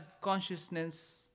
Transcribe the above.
consciousness